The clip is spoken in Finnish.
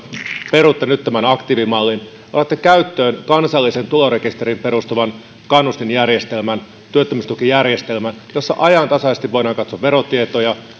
perutte nyt tämän aktiivimallin otatte käyttöön kansalliseen tulorekisteriin perustuvan kannustinjärjestelmän työttömyystukijärjestelmän jossa ajantasaisesti voidaan katsoa verotietoja